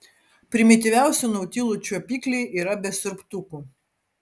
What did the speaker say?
primityviausių nautilų čiuopikliai yra be siurbtukų